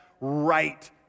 right